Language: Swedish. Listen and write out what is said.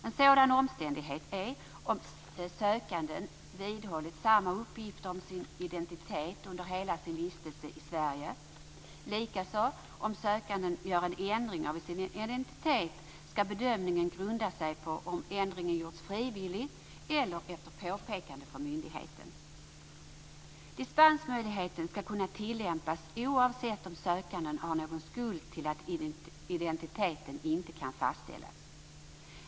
En sådan omständighet är om sökanden vidhållit samma uppgifter om sin identitet under hela sin vistelse i Sverige. Om sökanden gör en ändring av sin identitet skall bedömningen grunda sig på om ändringen gjorts frivilligt eller efter påpekande från myndigheten. Dispensmöjligheten skall kunna tillämpas oavsett om sökanden har någon skuld till att identiteten inte kan fastställas.